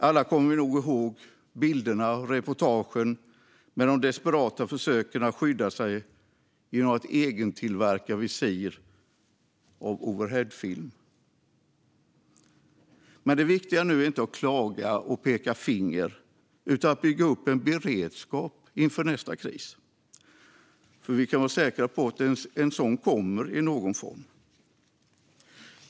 Alla kommer vi nog ihåg bilderna och reportagen med de desperata försöken att skydda sig genom att egentillverka visir av overheadfilm. Det viktiga nu är dock inte att klaga och peka finger utan att bygga upp en beredskap inför nästa kris, för vi kan vara säkra på att en sådan kommer i någon form.